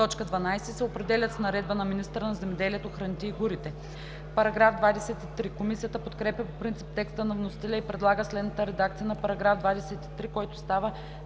1, т. 12 се определят с наредба на министъра на земеделието, храните и горите.“ Комисията подкрепя по принцип текста на вносителя и предлага следната редакция на § 23, който става